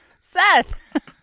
Seth